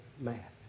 math